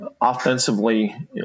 Offensively